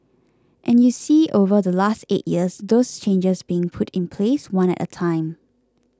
and you see over the last eight years those changes being put in place one at a time